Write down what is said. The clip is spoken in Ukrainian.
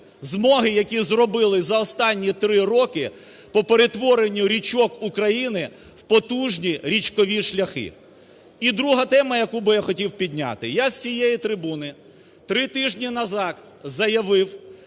змоги, які зробили за останні три роки по перетворенню річок України в потужні річкові шляхи. І друга тема, яку би я хотів підняти. Я з цієї трибуни три тижні назад заявив